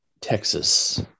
Texas